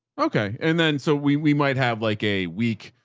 okay. and then, so we we might have like a week,